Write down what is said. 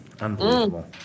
Unbelievable